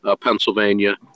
Pennsylvania